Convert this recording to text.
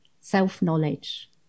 self-knowledge